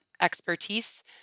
expertise